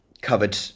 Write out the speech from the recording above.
covered